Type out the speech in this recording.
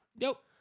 Nope